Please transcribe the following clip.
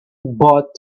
bought